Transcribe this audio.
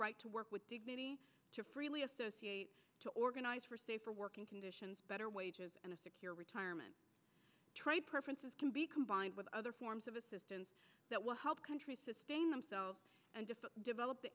right to work with to freely associate to organize for safer working conditions better wages and a secure retirement tried preferences can be combined with other forms of assistance that will help countries sustain themselves and develop the